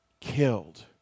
killed